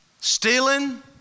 stealing